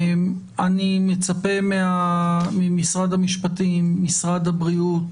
אני מצפה ממשרד המשפטים וממשרד הבריאות